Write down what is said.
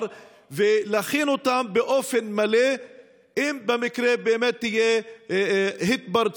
ולהכין אותם באופן מלא אם במקרה באמת תהיה התפרצות,